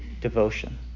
devotion